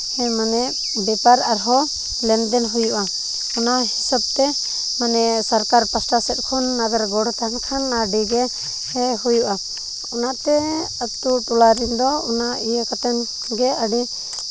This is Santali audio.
ᱢᱟᱱᱮ ᱵᱮᱯᱟᱨ ᱟᱨᱦᱚᱸ ᱞᱮᱱᱫᱮᱱ ᱦᱩᱭᱩᱜᱼᱟ ᱚᱱᱟ ᱦᱤᱥᱟᱹᱵ ᱛᱮ ᱢᱟᱱᱮ ᱥᱚᱨᱠᱟᱨ ᱯᱟᱥᱴᱟ ᱥᱮᱫ ᱠᱷᱚᱱ ᱚᱱᱟᱫᱚ ᱜᱚᱲ ᱛᱟᱦᱮᱱ ᱠᱷᱟᱱ ᱟᱹᱰᱤᱜᱮ ᱦᱩᱭᱩᱜᱼᱟ ᱚᱱᱟᱛᱮ ᱟᱛᱳ ᱴᱚᱞᱟ ᱨᱮᱱ ᱫᱚ ᱚᱱᱟ ᱤᱭᱟᱹ ᱠᱟᱛᱮ ᱜᱮ ᱟᱹᱰᱤ